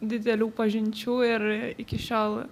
didelių pažinčių ir iki šiol